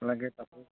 আপোনালোকে তাতে